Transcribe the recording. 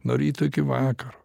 nuo ryto iki vakaro